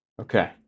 Okay